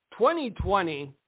2020